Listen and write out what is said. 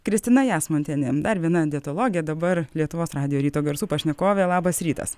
kristina jasmontienė dar viena dietologė dabar lietuvos radijo ryto garsų pašnekovė labas rytas